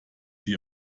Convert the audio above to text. sie